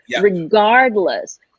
regardless